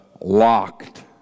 locked